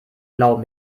glauben